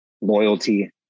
loyalty